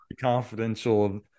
confidential